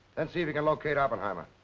then see if you can locate oppenheimer.